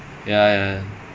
அதுக்கு அப்பறம்:athukku appuram